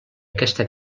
aquesta